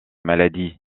maladies